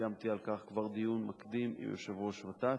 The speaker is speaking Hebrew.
קיימתי על כך כבר דיון מקדים עם יושב-ראש ות"ת,